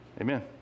amen